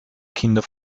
kinder